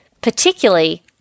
particularly